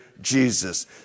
Jesus